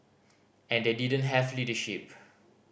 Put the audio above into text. and they didn't have leadership